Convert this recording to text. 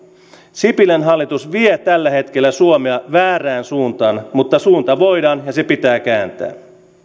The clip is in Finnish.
sipilän hallitus vie tällä hetkellä suomea väärään suuntaan mutta suunta voidaan ja se pitää kääntää